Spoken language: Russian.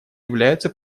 являются